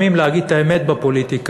לפעמים להגיד את האמת בפוליטיקה,